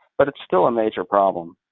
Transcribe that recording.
but it's still a major problem.